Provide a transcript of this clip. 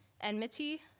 enmity